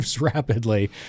rapidly